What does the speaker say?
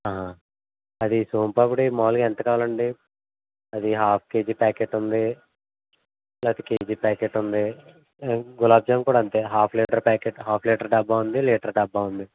అది సోంపాపిడి మామూలుగా ఎంత కావాలండి అది ఆఫ్ కేజీ ప్యాకెట్ ఉంది లేకపోతే కేజీ ప్యాకెట్ ఉంది గులాబ్ జామ్ కూడా అంతే half litre packet half litre డబ్బా ఉంది లీటర్ డబ్బా ఉంది